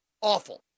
awful